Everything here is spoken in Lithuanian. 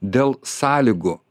dėl sąlygų